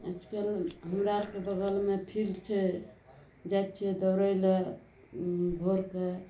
आइकाल्हि हमरा आरके बगलमे फील्ड छै जाइ छियै दौड़ै लए भोर कऽ